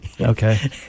Okay